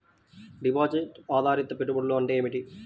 Deposit ఆధారిత పెట్టుబడులు అంటే ఏమిటి?